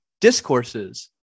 discourses